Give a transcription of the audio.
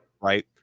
right